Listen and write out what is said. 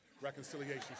reconciliation